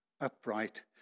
upright